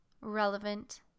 relevant